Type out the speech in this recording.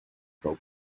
frau